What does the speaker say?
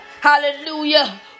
Hallelujah